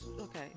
okay